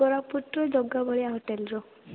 କୋରାପୁଟରୁ ଜଗବଳିଆ ହୋଟେଲରୁ